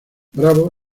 bravo